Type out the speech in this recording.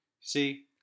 See